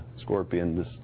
scorpion